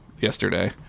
yesterday